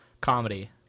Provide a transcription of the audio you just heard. comedy